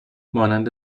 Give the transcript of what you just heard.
مانند